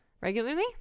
Regularly